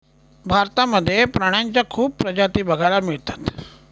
भारतामध्ये प्राण्यांच्या खूप प्रजाती बघायला मिळतात